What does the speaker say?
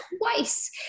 twice